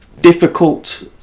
difficult